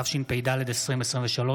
התשפ"ד 2023,